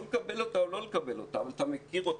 לקבל אותה או לא לקבל אותה אבל אתה מכיר אותה,